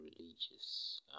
religious